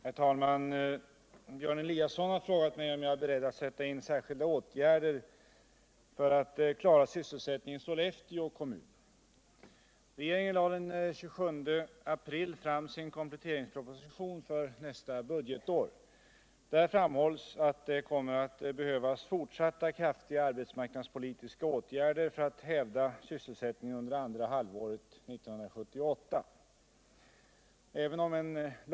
Herr talman! Björn Eliasson har frågat mig om jag är beredd att sätta in särskilda åtgärder för att klara sysselsättningen i Sollefteå kommun.